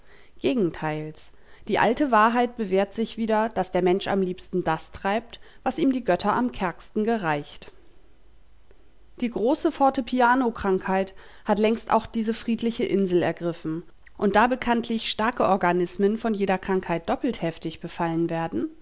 die alte wahrheit bewährt sich wieder daß der mensch am liebsten das treibt was ihm die götter am kärgsten gereicht die große forte piano krankheit hat längst auch diese friedliche insel ergriffen und da bekanntlich starke organismen von jeder krankheit doppelt heftig befallen werden